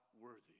worthy